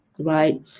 right